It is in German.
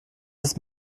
ist